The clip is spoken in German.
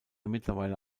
mittlerweile